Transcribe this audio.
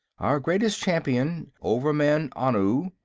our greatest champion, overman-anu,